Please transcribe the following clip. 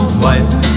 wife